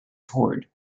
toured